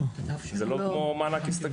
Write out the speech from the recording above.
זה לא כמו מענק הסתגלות?